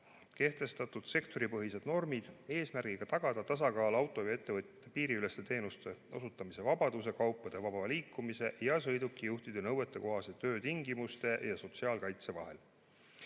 kehtestatud sektoripõhised normid, eesmärgiga tagada tasakaal autoveoettevõtjate piiriüleste teenuste osutamise vabaduse, kaupade vaba liikumise ja sõidukijuhtide nõuetekohaste töötingimuste ja sotsiaalkaitse vahel.